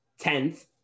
tenth